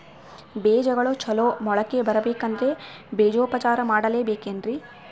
ಬೇಜಗಳು ಚಲೋ ಮೊಳಕೆ ಬರಬೇಕಂದ್ರೆ ಬೇಜೋಪಚಾರ ಮಾಡಲೆಬೇಕೆನ್ರಿ?